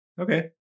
okay